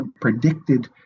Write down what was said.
predicted